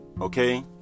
Okay